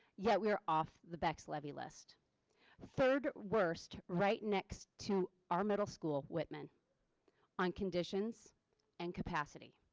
yet we are off the bex levy list third worst right next to our middle school whitman on conditions and capacity.